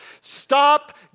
Stop